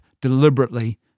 deliberately